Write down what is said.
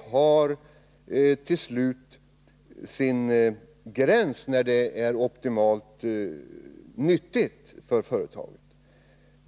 — har sin gräns bortom vilken det inte längre är optimalt nyttigt för ett företag.